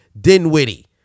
Dinwiddie